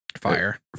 Fire